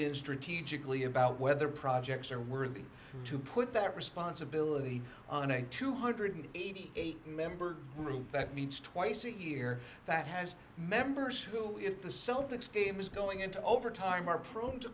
in strategically about whether projects are worthy to put that responsibility on a two hundred and eighty eight dollars member group that meets twice a year that has members who if the celtics game is going into overtime are prone to